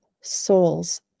souls